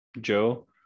Joe